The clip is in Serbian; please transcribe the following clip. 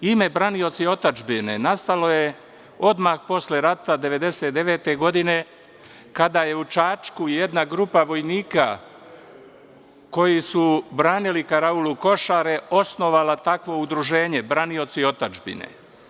Ime branioca i otadžbine nastalo je odmah posle rata 1999. godine kada je u Čačku jedna grupa vojnika koji su branili karaulu Košare, osnovala takvo udruženje branioca i otadžbine.